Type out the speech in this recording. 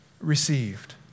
received